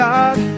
God